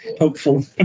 hopeful